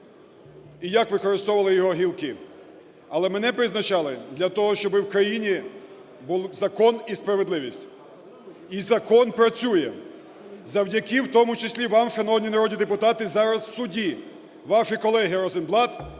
і як використовували його гілки. Але мене призначали для того, щоб в країні був закон і справедливість. В закон працює завдяки в тому числі вам, шановні народні депутати. Зараз в суді ваші колеги Розенблат,